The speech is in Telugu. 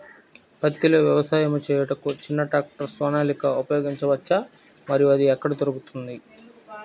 పత్తిలో వ్యవసాయము చేయుటకు చిన్న ట్రాక్టర్ సోనాలిక ఉపయోగించవచ్చా మరియు అది ఎక్కడ దొరుకుతుంది?